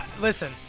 listen